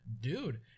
Dude